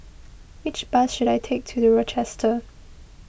which bus should I take to the Rochester